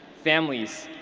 families,